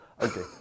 okay